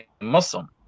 Muslim